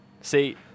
See